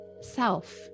self